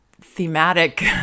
thematic